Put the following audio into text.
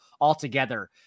altogether